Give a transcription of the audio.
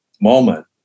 moment